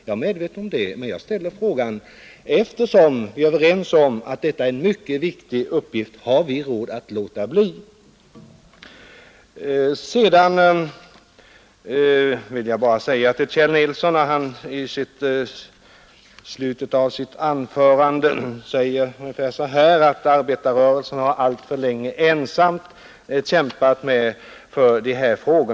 Jag är medveten om det, men jag ställer frågan, eftersom vi är överens om att det är en mycket viktig fråga: Har vi råd att låta bli? Herr Kjell Nilsson sade i slutet av sitt anförande att arbetarrörelsen alltför länge ensam har kämpat för dessa frågor.